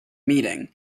meeting